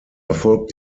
erfolg